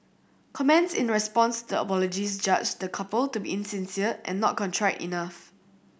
comments in response to apologies judged the couple to be insincere and not contrite enough